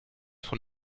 von